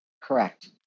Correct